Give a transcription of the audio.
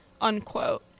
unquote